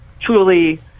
truly